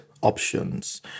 options